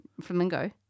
flamingo